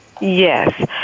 Yes